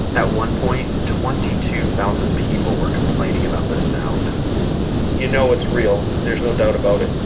at one point, twenty two thousand people were complaining about this sound you know it's real. there's no doubt about it.